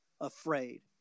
afraid